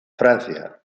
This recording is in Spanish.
francia